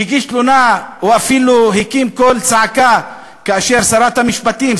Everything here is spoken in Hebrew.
שהגיש תלונה או אפילו הקים קול צעקה כאשר שרת המשפטים,